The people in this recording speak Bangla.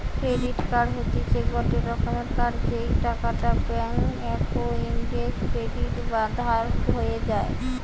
ক্রেডিট কার্ড হতিছে গটে রকমের কার্ড যেই টাকাটা ব্যাঙ্ক অক্কোউন্টে ক্রেডিট বা ধার হয়ে যায়